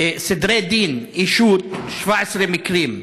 סדרי דין, אישות, 17 מקרים,